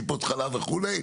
טיפות חלב וכו'.